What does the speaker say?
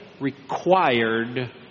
Required